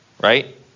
right